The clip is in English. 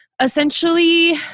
essentially